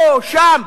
פה או שם,